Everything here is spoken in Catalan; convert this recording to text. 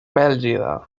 bèlgida